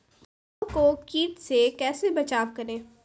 फसलों को कीट से कैसे बचाव करें?